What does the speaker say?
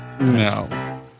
No